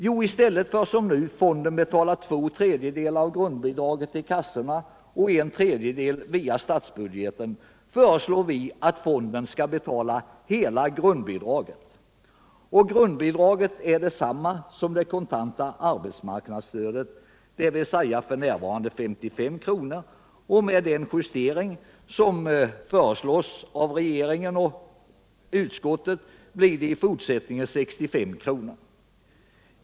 Jo, i stället för nu rådande ordning då fonden betalar två tredjedelar av grundbidraget till kassorna och en tredjedel går via statsbudgeten föreslår vi att fonden skall betala hela grundbidraget. Grundbidraget är detsamma som det kontanta arbetsmarknadsstödet, dvs. f.n. 55 ki. och med den justering som föreslås av regeringen blir det i fortsättningen 65 kr.